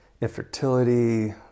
infertility